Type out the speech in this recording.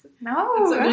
No